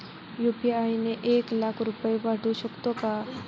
UPI ने एक लाख रुपये पाठवू शकतो का?